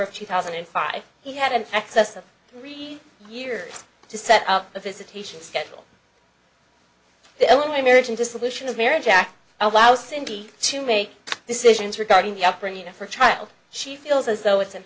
of two thousand and five he had an excess of three years to set up a visitation schedule the only marriage in dissolution of marriage act allows cindy to make decisions regarding the upbringing of her child she feels as though it's